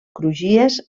crugies